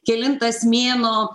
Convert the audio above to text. kelintas mėnuo